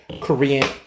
Korean